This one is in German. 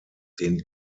den